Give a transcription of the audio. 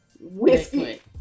whiskey